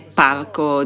parco